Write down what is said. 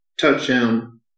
touchdown